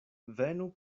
venu